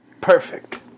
Perfect